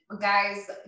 guys